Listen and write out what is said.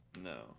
No